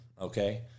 okay